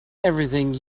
everything